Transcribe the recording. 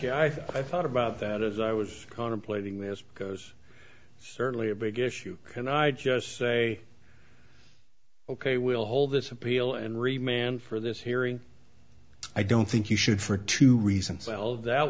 you i thought about that as i was contemplating this goes certainly a big issue and i just say ok we'll hold this appeal and remain and for this hearing i don't think you should for two reasons well that